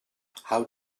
how